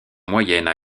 moyennes